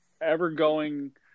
ever-going